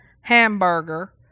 hamburger